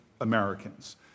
Americans